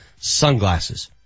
sunglasses